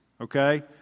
Okay